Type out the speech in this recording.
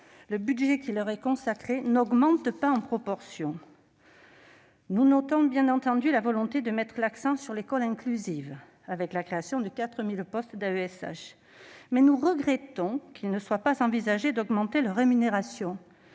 le budget qui leur est consacré n'augmente pas en proportion. Nous notons la volonté de mettre l'accent sur l'école inclusive par la création de 4 000 postes d'AESH, mais nous regrettons qu'il ne soit pas envisagé d'augmenter la rémunération